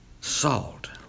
Salt